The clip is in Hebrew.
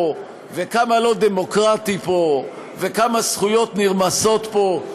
וכמה לא דמוקרטי פה וכמה זכויות נרמסות פה.